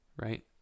Right